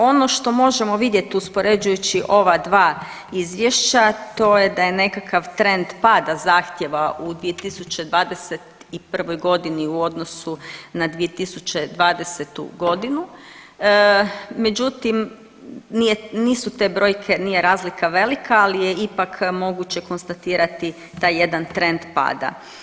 Ono što možemo vidjeti uspoređujući ova dva izvješća to je da je nekakav trend pada zahtjeva u 2021.g. u odnosu na 2020.g., međutim nisu te brojke nije razlika velika, ali je ipak moguće konstatirati taj jedan trend pada.